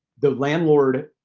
the landlord,